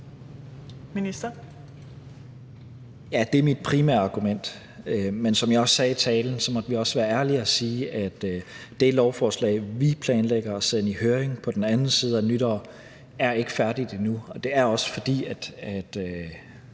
det er mit primære argument, men som jeg også sagde i talen, så må vi også være ærlige og sige, at det lovforslag, vi planlægger at sende i høring på den anden side af nytår, ikke er færdigt endnu,